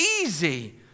easy